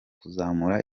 kuzamura